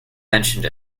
mentioned